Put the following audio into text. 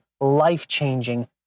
life-changing